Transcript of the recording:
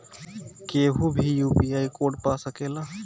केहू भी UPI code पा सकेला?